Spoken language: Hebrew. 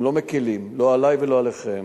הם לא מקלים, לא עלי ולא עליכם,